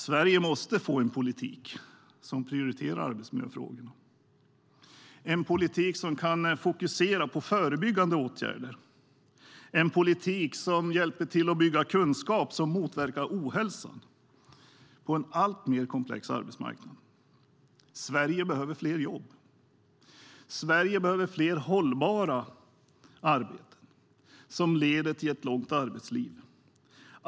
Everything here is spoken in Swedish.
Sverige måste få en politik som prioriterar arbetsmiljöfrågorna, en politik som kan fokusera på förebyggande åtgärder, en politik som hjälper till att bygga kunskap som motverkar ohälsan på en alltmer komplex arbetsmarknad. Sverige behöver fler jobb. Sverige behöver fler hållbara arbeten som leder till ett långt arbetsliv.